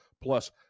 plus